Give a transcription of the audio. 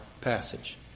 passage